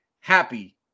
happy